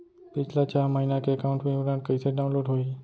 पिछला छः महीना के एकाउंट विवरण कइसे डाऊनलोड होही?